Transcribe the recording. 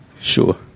Sure